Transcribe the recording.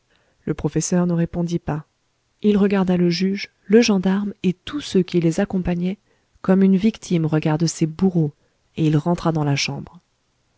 le professeur ne répondit pas il regarda le juge le gendarme et tous les personnages qui les accompagnaient comme une victime regarde ses bourreaux et il rentra vivement dans la chambre